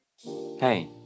Hey